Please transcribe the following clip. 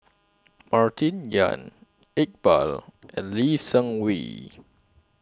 Martin Yan Iqbal and Lee Seng Wee